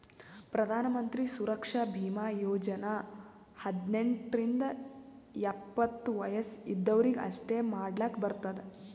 ಪ್ರಧಾನ್ ಮಂತ್ರಿ ಸುರಕ್ಷಾ ಭೀಮಾ ಯೋಜನಾ ಹದ್ನೆಂಟ್ ರಿಂದ ಎಪ್ಪತ್ತ ವಯಸ್ ಇದ್ದವರೀಗಿ ಅಷ್ಟೇ ಮಾಡ್ಲಾಕ್ ಬರ್ತುದ